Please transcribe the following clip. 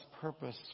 purpose